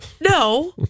no